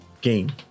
game